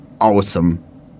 awesome